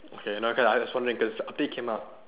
okay no okay lah was just wondering because the update came up